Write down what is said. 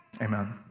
Amen